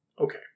Okay